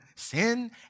sin